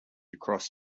across